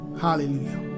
Hallelujah